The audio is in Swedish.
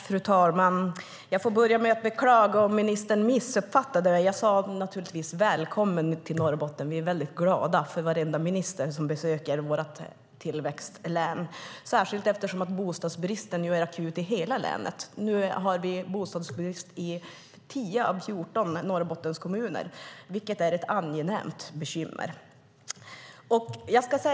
Fru talman! Jag beklagar att ministern missuppfattade mig. Jag sade givetvis att ni är välkomna till Norrbotten. Vi är glada för varenda minister som besöker vårt tillväxtlän, särskilt som bostadsbristen nu är akut i hela länet. Vi har bostadsbrist i 10 av 14 Norrbottenskommuner, vilket är ett angenämt bekymmer.